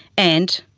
and,